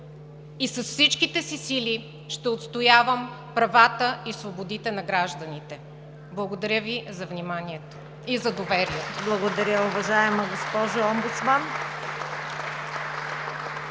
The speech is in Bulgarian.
и с всичките си сили ще отстоявам правата и свободите на гражданите. Благодаря Ви за вниманието и за доверието.